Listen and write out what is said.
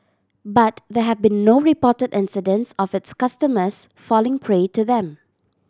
but there have been no reported incidents of its customers falling prey to them